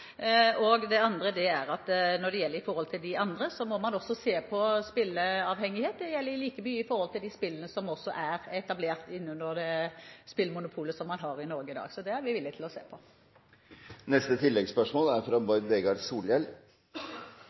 det sånn. Når det gjelder det andre, må man også se på spilleavhengighet. Det gjelder like mye de spillene som er etablert under det spillmonopolet som man har i Norge i dag, så det er vi villig til å se på.